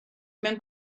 mewn